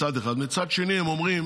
מצד שני, הם אומרים